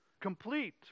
complete